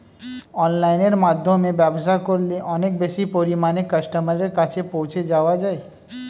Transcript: অনলাইনের মাধ্যমে ব্যবসা করলে অনেক বেশি পরিমাণে কাস্টমারের কাছে পৌঁছে যাওয়া যায়?